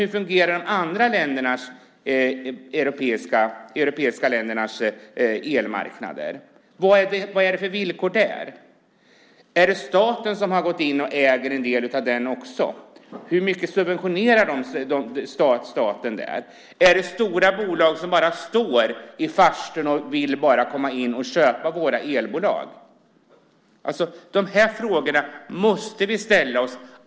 Hur fungerar de andra europeiska ländernas elmarknader? Vad är det för villkor där? Är det staten som har gått in och äger också en del av den? Hur mycket subventionerar staten där? Är det stora bolag som står i farstun och vill komma in och köpa våra elbolag? De frågorna måste vi ställa oss.